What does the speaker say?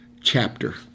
chapter